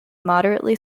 moderately